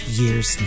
years